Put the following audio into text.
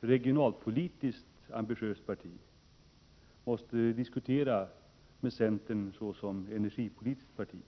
regionalpolitiskt ambitiöst parti måste diskutera mera med centern såsom energipolitiskt parti.